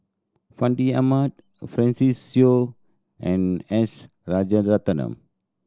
Fandi Ahmad Francis Seow and S Rajaratnam